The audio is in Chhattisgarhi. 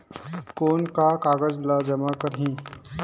कौन का कागज ला जमा करी?